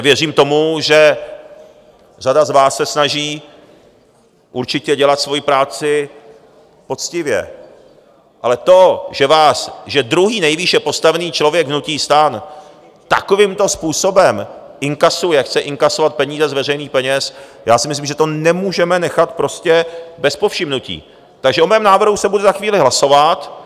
Věřím tomu, že řada z vás se snaží určitě dělat svoji práci poctivě, ale to, že druhý nejvýše postavený člověk v hnutí STAN takovýmto způsobem inkasuje a chce inkasovat peníze z veřejných peněz, já si myslím, že to nemůžeme nechat prostě bez povšimnutí, takže o mém návrhu se bude za chvíli hlasovat.